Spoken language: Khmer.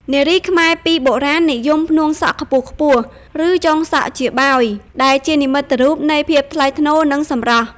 នារីខ្មែរពីបុរាណនិយមផ្នួងសក់ខ្ពស់ៗ ឬចងសក់ជាបោយ ដែលជានិមិត្តរូបនៃភាពថ្លៃថ្នូរ និងសម្រស់។